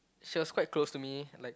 she was quite close to me like